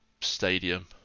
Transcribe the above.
Stadium